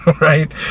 right